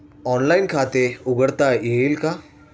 Online खाते उघडता येईल का?